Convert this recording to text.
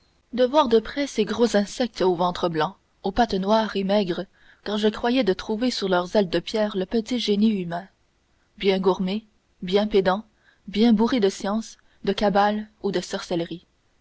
de voir de près ces gros insectes au ventre blanc aux pattes noires et maigres car je craignais de trouver sous leurs ailes de pierre le petit génie humain bien gourmé bien pédant bien bourré de science de cabale ou de sorcellerie